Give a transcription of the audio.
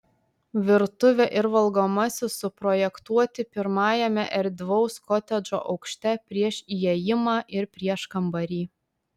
virtuvė ir valgomasis suprojektuoti pirmajame erdvaus kotedžo aukšte prieš įėjimą ir prieškambarį